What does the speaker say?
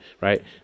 right